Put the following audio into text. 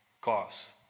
costs